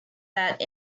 that